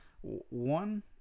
One